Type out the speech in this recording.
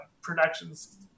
productions